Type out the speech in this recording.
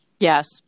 Yes